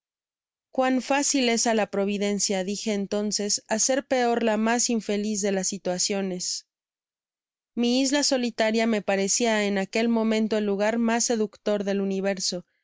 cuan fácil es á la providencia dije entonces hacer peor la mas infeliz de las situaciones mi isla solitaria me parecía en aquel momento el lugar mas seductor del universo